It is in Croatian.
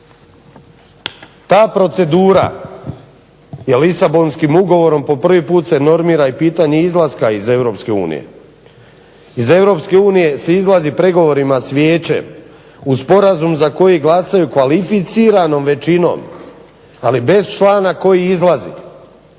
Ta procedura je Lisabonskim ugovorom po prvi put se normira i pitanje izlaska iz Europske unije. Iz Europske unije se izlazi pregovorima s Vijećem uz sporazum za koji glasaju kvalificiranom većinom ali bez člana koji izlazi.